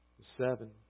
Seven